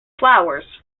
flowers